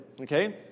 okay